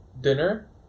dinner